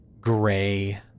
gray